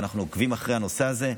ואנחנו עוקבים אחרי הנושא הזה.